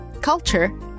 culture